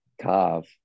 carve